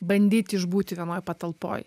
bandyti išbūti vienoj patalpoj